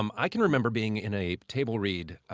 um i can remember being in a table read